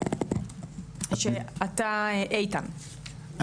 ערן, בבקשה.